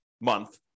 month